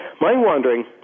Mind-wandering